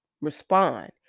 respond